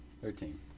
Thirteen